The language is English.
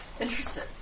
Interesting